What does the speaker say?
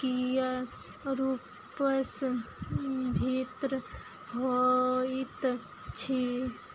किएक रूपसँ भिन्न होइत अछि